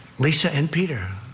lisa and peter,